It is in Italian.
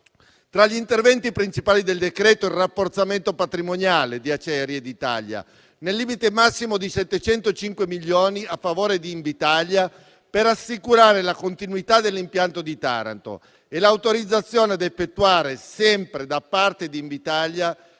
Tra gli interventi principali del decreto vi è il rafforzamento patrimoniale di Acciaierie d'Italia nel limite massimo di 705 milioni a favore di Invitalia per assicurare la continuità dell'impianto di Taranto e l'autorizzazione ad effettuare, sempre da parte di Invitalia,